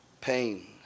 pain